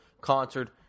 concert